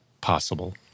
possible